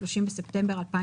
30 בספטמבר 2019."